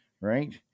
right